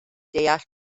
deall